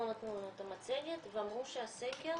לא נתנו לנו את המצגת ואמרו שהסקר